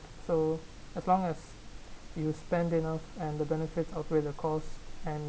so as long as you spend enough and the benefits outweigh the costs and